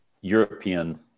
European